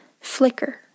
flicker